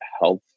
health